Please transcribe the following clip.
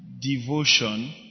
devotion